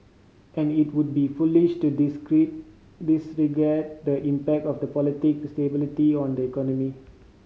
and it would be foolish to disagreed disregard the impact of the politic stability on the economy